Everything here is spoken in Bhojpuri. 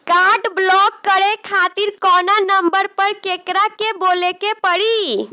काड ब्लाक करे खातिर कवना नंबर पर केकरा के बोले के परी?